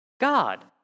God